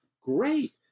Great